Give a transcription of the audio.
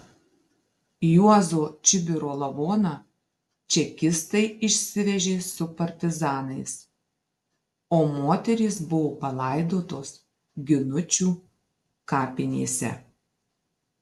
juozo čibiro lavoną čekistai išsivežė su partizanais o moterys buvo palaidotos ginučių kapinėse